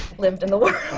lived in the world.